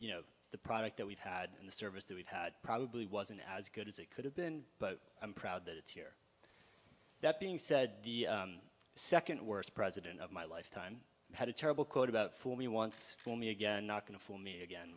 you know the product that we've had in the service that we've had probably wasn't as good as it could have been but i'm proud that it's here that being said the second worst president of my lifetime had a terrible quote about fool me once for me again not going for me again